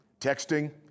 Texting